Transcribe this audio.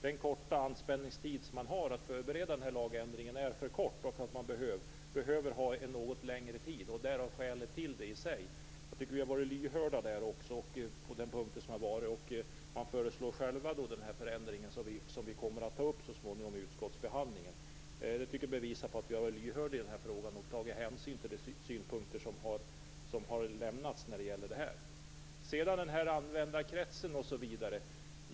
Den tid de har för att förbereda den här lagändringen är för kort; de behöver ha en något längre tid. Det är skälet i sig. Jag tycker att vi har varit lyhörda på den punkten. Man föreslår själva den förändring som vi så småningom kommer att ta upp i utskottsbehandlingen. Det tycker jag bevisar att vi är lyhörda i den här frågan. Vi har tagit hänsyn till de synpunkter som har lämnats.